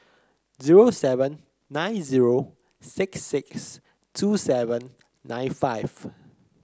zero seven nine zero six six two seven nine five